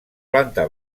planta